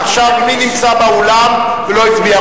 עכשיו, מי נמצא באולם ולא הצביע.